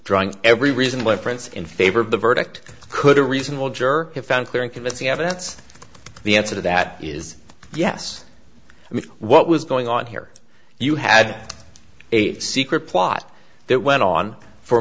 drawing every reason why prince in favor of the verdict could a reasonable juror have found clear and convincing evidence the answer to that is yes i mean what was going on here you had a secret plot that went on for